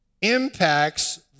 impacts